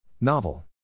Novel